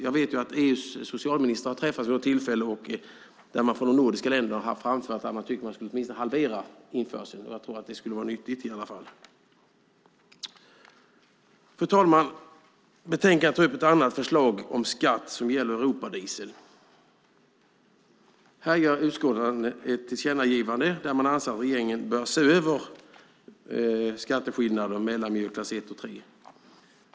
Jag vet att EU:s socialministrar har träffats vid något tillfälle, och från de nordiska länderna har man framfört att man tycker att införseln åtminstone borde halveras. Jag tror att det skulle vara nyttigt. Fru talman! Betänkandet tar upp ett annat förslag om skatt som gäller Europadiesel. Här gör utskottet ett tillkännagivande. Man anser att regeringen bör se över skatteskillnaden mellan miljöklass 1 och 3.